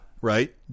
Right